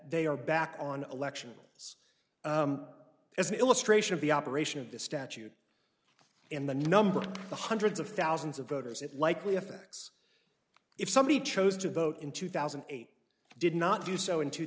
they are back on election as an illustration of the operation of the statute and the number of the hundreds of thousands of voters it likely effects if somebody chose to vote in two thousand and eight did not do so in two